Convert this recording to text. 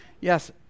Yes